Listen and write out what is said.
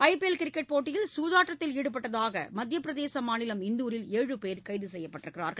IPL cricket போட்டியில் சூதாட்டத்தில் ஈடுபட்டதாக மத்தியப் பிரதேச மாநிலம் இந்தூரில் ஏழு பேர் கைது செய்யப்பட்டுள்ளனர்